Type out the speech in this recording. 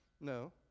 No